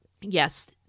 Yes